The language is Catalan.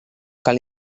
cal